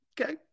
Okay